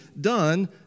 done